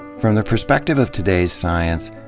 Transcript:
from the perspective of today's science,